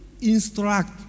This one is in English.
instruct